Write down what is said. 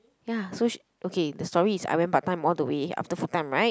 ya so she okay the story is I went part-time all the way after full-time right